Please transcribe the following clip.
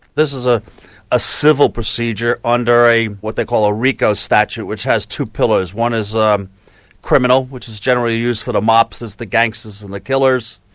this is ah a civil procedure under what they call a rico statute, which has two pillars. one is um criminal, which is generally used for the mobsters, the gangsters and the killers,